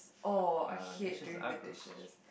oh I hate doing the dishes